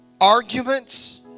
arguments